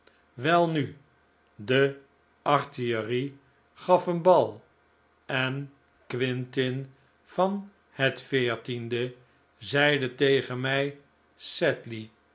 welnu de artillerie gaf een bal en quintin van het veertiende zeide tegen mij